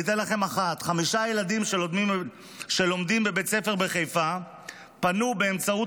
אתן לכם אחת: חמישה ילדים שלומדים בבית ספר בחיפה פנו באמצעות